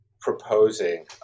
proposing